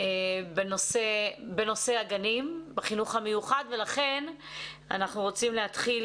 בנושא הגנים בחינוך המיוחד ולכן אנחנו רוצים להתחיל